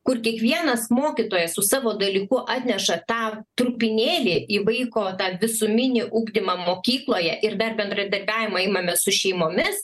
kur kiekvienas mokytojas su savo dalyku atneša tą trupinėlį į vaiko tą visuminį ugdymą mokykloje ir dar bendradarbiavimą imame su šeimomis